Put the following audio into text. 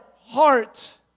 heart